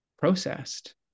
processed